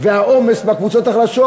והעומס בקבוצות החלשות,